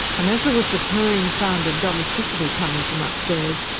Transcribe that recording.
and as there was the purring sound of domesticity coming from upstairs,